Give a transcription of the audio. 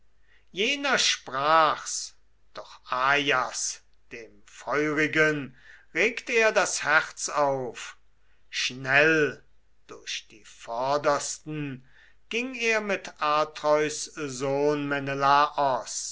jener sprach's doch ajas dem feurigen regt er das herz auf schnell durch die vordersten ging er mit atreus sohn